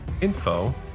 info